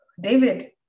David